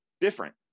Different